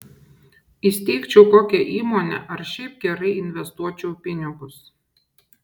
įsteigčiau kokią įmonę ar šiaip gerai investuočiau pinigus